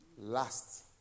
last